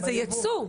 זה ביבוא.